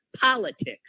politics